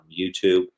YouTube